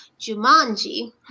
jumanji